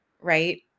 Right